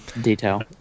Detail